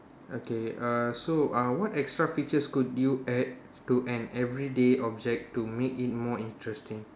okay err so uh what extra features could you add to an everyday object to make it more interesting